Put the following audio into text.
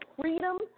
Freedom